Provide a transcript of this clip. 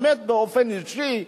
באמת באופן אישי,